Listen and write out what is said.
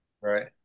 Right